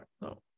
no